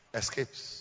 escapes